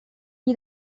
gli